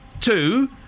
two